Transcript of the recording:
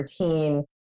routine